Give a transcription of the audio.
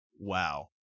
wow